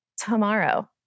tomorrow